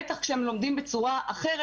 בטח כשהם לומדים בצורה אחרת.